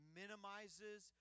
minimizes